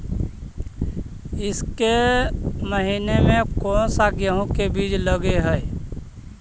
ईसके महीने मे कोन सा गेहूं के बीज लगे है?